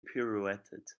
pirouetted